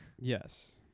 Yes